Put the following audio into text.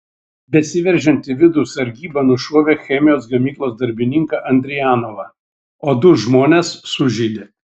besiveržiant į vidų sargyba nušovė chemijos gamyklos darbininką andrijanovą o du žmones sužeidė